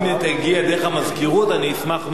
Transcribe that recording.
אם היא תגיע דרך המזכירות, אני אשמח מאוד.